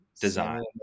Design